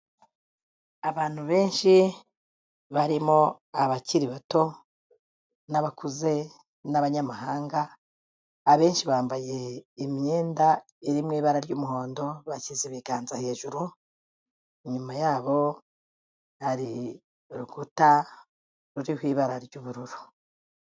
Abantu benshi barimo abakiri bato n'abakuze n'abanyamahanga, abenshi bambaye imyenda iri mu ibara ry'umuhondo bashyize ibiganza hejuru, inyuma yabo hari urukuta ruriho ibara ry'ubururu.